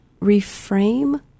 reframe